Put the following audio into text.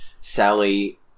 Sally